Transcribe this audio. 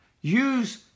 Use